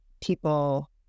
people